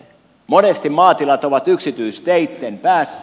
monesti maatilat ovat yksityisteitten päässä